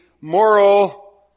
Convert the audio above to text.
moral